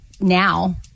now